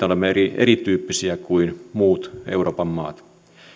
olemme erityyppisiä kuin muut euroopan maat